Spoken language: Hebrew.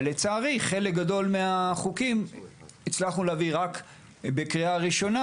אבל לצערי את חלק גדול מהחוקים הצלחנו להביא רק לקריאה ראשונה,